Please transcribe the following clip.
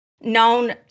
known